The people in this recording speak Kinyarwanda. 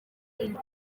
yindi